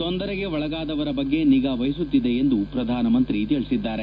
ತೊಂದರೆಗೆ ಒಳಗಾದವರ ಬಗ್ಗೆ ನಿಗಾ ವಹಿಸುತ್ತಿದೆ ಎಂದು ಪ್ರಧಾನ ಮಂತ್ರಿ ತಿಳಿಸಿದ್ಲಾರೆ